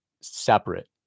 separate